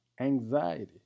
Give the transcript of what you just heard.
Anxiety